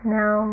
now